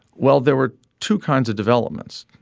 well there were two kinds of developments.